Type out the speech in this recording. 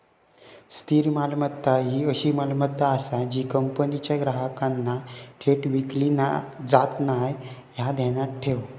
स्थिर मालमत्ता ही अशी मालमत्ता आसा जी कंपनीच्या ग्राहकांना थेट विकली जात नाय, ह्या ध्यानात ठेव